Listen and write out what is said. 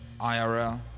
IRL